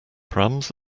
prams